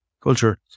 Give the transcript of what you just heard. culture